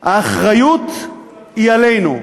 האחריות היא עלינו.